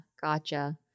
Gotcha